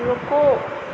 रुको